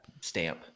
stamp